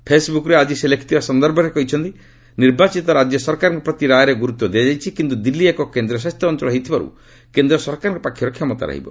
ଫେସ୍ବରକ୍ରେ ଆଜି ସେ ଲେଖିଥିବା ସନ୍ଦର୍ଭରେ କହିଛନ୍ତି ନିର୍ବାଚୀତ ରାଜ୍ୟ ସରକାରଙ୍କ ପ୍ରତି ରାୟରେ ଗୁରୁତ୍ୱ ଦିଆଯାଇଛି କିନ୍ତୁ ଦିଲ୍ଲୀ ଏକ କେନ୍ଦ୍ର ଶାସିତ ଅଞ୍ଚଳ ହୋଇଥିବାରୁ କେନ୍ଦ୍ର ସରକାରଙ୍କ ପାଖରେ କ୍ଷମତା ରହିବ